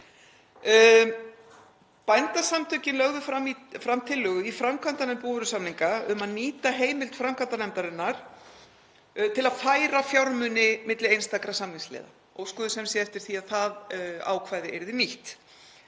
Bændasamtökin lögðu fram tillögu í framkvæmdanefnd búvörusamninga um að nýta heimild framkvæmdanefndarinnar til að færa fjármuni milli einstakra samningsleiða, óskuðu sem sé eftir því að það ákvæði yrði nýtt.